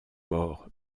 morts